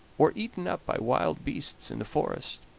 or eaten up by wild beasts in the forest.